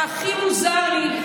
והכי מוזר לי,